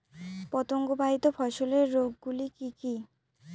পতঙ্গবাহিত ফসলের রোগ গুলি কি কি?